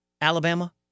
Alabama